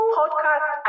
podcast